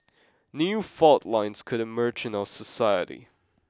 new fault lines could emerge in our society